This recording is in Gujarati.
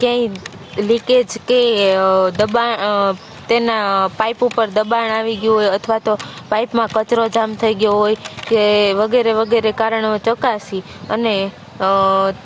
ક્યાઈ લીકેજ કે દબાણ તેના પાઇપ ઉપર દબાણ આવી ગયું હોય અથવા તો પાઇપમાં કચરો જામ થઇ ગયો હોય કે વગેરે વગેરે કારણો ચકાસીને